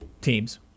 teams